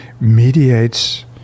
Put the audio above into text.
mediates